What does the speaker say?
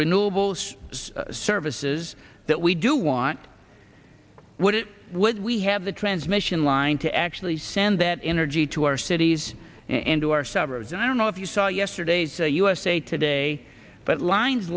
renewables services that we do want what it would we have the transmission line to actually send that energy to our cities and to our suburbs and i don't know if you saw yesterday's usa today but lines